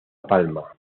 palma